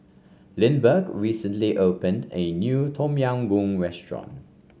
Lindbergh recently opened a new Tom Yam Goong restaurant